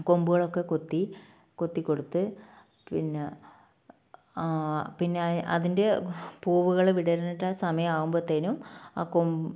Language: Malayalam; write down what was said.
കൊമ്പുകളൊക്കെ കൊത്തി കൊത്തി കൊടുത്ത് പിന്നെ പിന്നെ അതിൻ്റെ പൂവുകൾ വിടരേണ്ട സമയമാകുമ്പോഴ്ത്തേനും ആ കൊമ്പ്